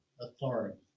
authority